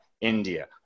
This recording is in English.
India